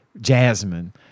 Jasmine